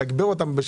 לתגבר אותם.